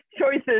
choices